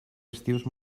estius